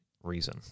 reason